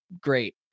great